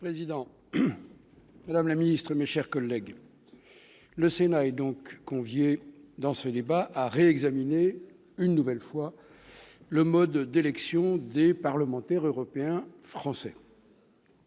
président, madame la ministre, mes chers collègues, le Sénat est convié à examiner une nouvelle fois le mode d'élection des parlementaires européens français,